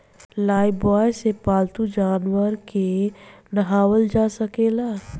Lifebuoy से पाल्तू जानवर के नेहावल जा सकेला